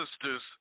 sisters